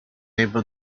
able